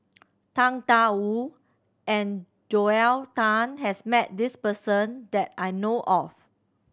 Tang Da Wu and Joel Tan has met this person that I know of